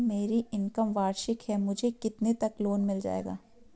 मेरी इनकम वार्षिक है मुझे कितने तक लोन मिल जाएगा?